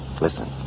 Listen